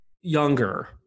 younger